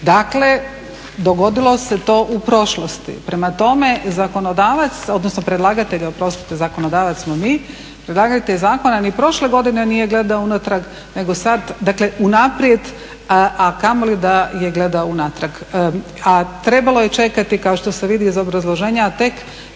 Dakle, dogodilo se to u prošlosti. Prema tome, zakonodavac, odnosno predlagatelj, oprostite zakonodavac smo mi. Predlagatelj zakona ni prošle godine nije gledao unatrag, nego sad, dakle unaprijed, a kamoli da je gledao unatrag, a trebalo je čekati kao što se vidi iz obrazloženja tek